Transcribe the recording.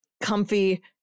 comfy